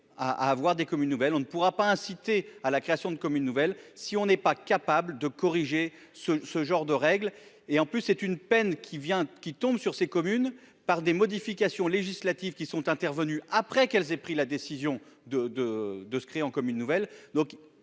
à avoir des communes nouvelles, on ne pourra pas inciter à la création de comme une nouvelle si on n'est pas capable de corriger ce ce genre de règles et en plus c'est une peine qui vient, qui tombe sur ces communes par des modifications législatives qui sont intervenus après qu'elles aient pris la décision de, de, de, se créant comme une nouvelle,